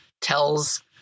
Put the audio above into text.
tells